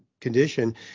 condition